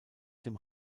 dem